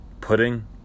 pudding